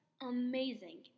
amazing